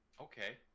Okay